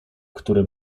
które